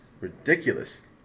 Ridiculous